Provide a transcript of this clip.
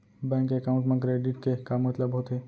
Bank account मा credit के का मतलब होथे?